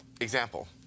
example